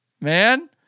man